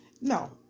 no